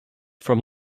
from